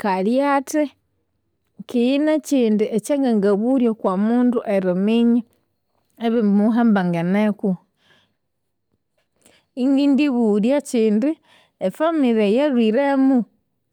Kalyathi, keghe nekyindi ekyangangabulya okwamundu eriminya ebimuhambangeneku, ingindibulya ekyindi, efamily eyalhwiremu